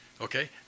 okay